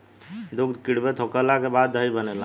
दूध किण्वित होखला के बाद दही बनेला